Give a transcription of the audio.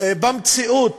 במציאות